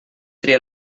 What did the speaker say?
tria